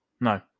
No